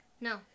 No